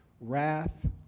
wrath